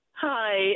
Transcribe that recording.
Hi